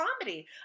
comedy